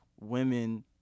women